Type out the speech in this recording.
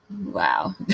wow